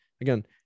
again